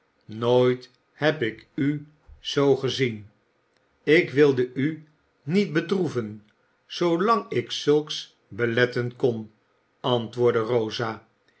nooit heb ik u zoo gezien ik wilde u niet bedroeven zoolang ik zulks beletten kon antwoordde rosa